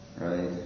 right